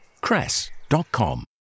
cress.com